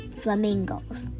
flamingos